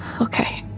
Okay